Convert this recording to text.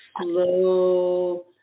slow